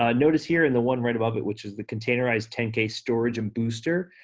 ah notice here in the one right above it, which is the containerized ten k storage and booster.